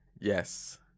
Yes